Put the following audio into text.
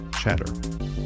Chatter